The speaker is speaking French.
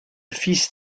fils